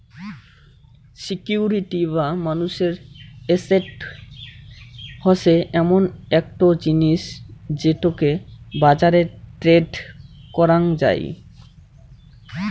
security বা মানুষের asset হসে এমন একটো জিনিস যেটোকে বাজারে ট্রেড করাং যাই